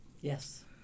Yes